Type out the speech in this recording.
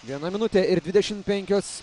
vienas minutė ir dvidešim penkios